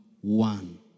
one